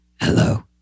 hello